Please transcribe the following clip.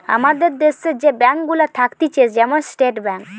আমাদের দ্যাশে যে ব্যাঙ্ক গুলা থাকতিছে যেমন স্টেট ব্যাঙ্ক